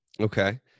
Okay